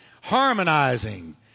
harmonizing